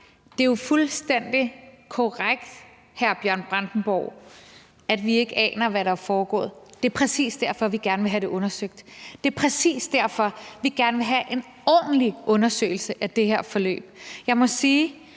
Det er jo fuldstændig korrekt, hr. Bjørn Brandenborg, at vi ikke aner, hvad der er foregået. Det er præcis derfor, vi gerne vil have det undersøgt. Det er præcis derfor, vi gerne vil have en ordentlig undersøgelse af det her forløb. Jeg må sige,